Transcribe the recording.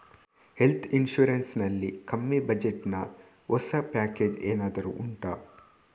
health insurance ನಲ್ಲಿ ಕಮ್ಮಿ budget ನ ಹೊಸ ಪ್ಯಾಕೇಜ್ ಏನಾದರೂ ಉಂಟಾ